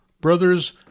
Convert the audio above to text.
Brothers